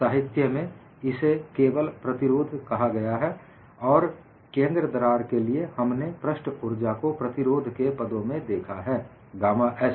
साहित्य में इसे केवल प्रतिरोध कहा गया है और केंद्र दरार के लिए हमने पृष्ठ ऊर्जा को प्रतिरोध के पदों में देखा है गामा s